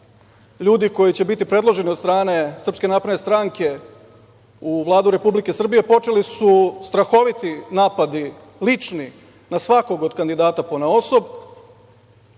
ljudi koji će biti predloženi od strane SNS u Vladu Republike Srbije, počeli su strahoviti napadi lični na svakog od kandidata ponaosob.